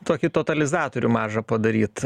tokį totalizatorių mažą padaryt